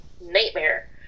nightmare